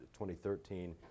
2013